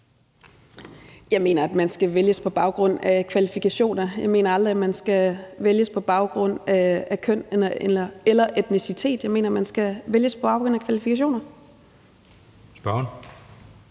Jeg mener, at man skal vælges på baggrund af kvalifikationer. Jeg mener aldrig, at man skal vælges på baggrund af køn eller etnicitet. Jeg mener, at man skal vælges på baggrund af kvalifikationer. Kl.